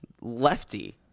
Lefty